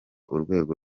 urwego